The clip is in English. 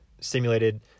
simulated